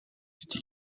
city